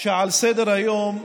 אז אני אחכה.